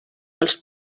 els